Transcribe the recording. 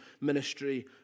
ministry